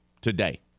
Today